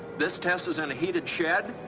this test is in a heated shed.